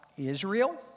Israel